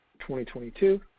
2022